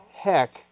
heck